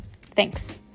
Thanks